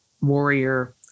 warrior